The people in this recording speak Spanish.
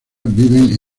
viven